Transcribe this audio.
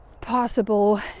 possible